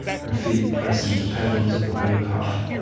her feet pressing the pedals of the blue car,